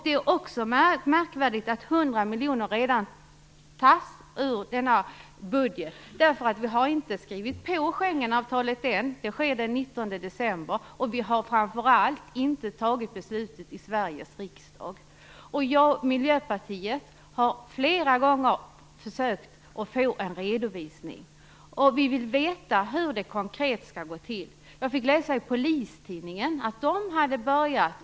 Det är också märkligt att 100 miljoner tas ur budgeten redan nu. Vi har inte skrivit på Schengenavtalet ännu. Det sker den 19 december. Vi har framför allt inte fattat beslut i Sveriges riksdag. Miljöpartiet har flera gånger försökt att få en redovisning. Vi vill veta hur detta konkret skall gå till. Jag fick läsa i Polistidningen att arbetet hade börjat.